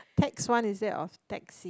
tax one is it or taxi